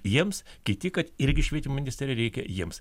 jiems kiti kad irgi švietimo ministriją reikia jiems